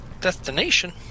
destination